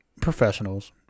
professionals